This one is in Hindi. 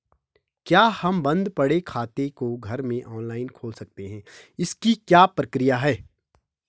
क्या हम बन्द पड़े खाते को घर में ऑनलाइन खोल सकते हैं इसकी क्या प्रक्रिया है?